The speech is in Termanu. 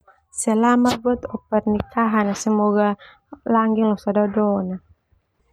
Selamat buat oh pernikahan ah, semoga langgeng losa dodonah.